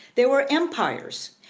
there were empires,